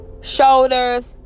shoulders